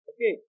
Okay